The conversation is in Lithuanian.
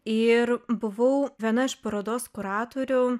ir buvau viena iš parodos kuratorių